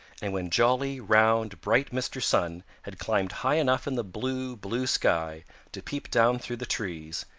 and when jolly, round, bright mr. sun had climbed high enough in the blue, blue sky to peep down through the trees,